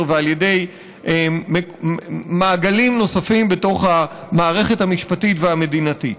ועל ידי מעגלים נוספים בתוך המערכת המשפטית והמדינתית.